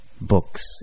books